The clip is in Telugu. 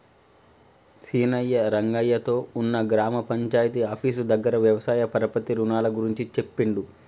సీనయ్య రంగయ్య తో ఉన్న గ్రామ పంచాయితీ ఆఫీసు దగ్గర వ్యవసాయ పరపతి రుణాల గురించి చెప్పిండు